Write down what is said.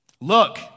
look